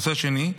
הנושא השני,